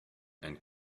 and